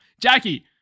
Jackie